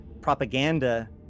propaganda